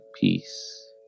peace